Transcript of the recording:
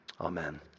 Amen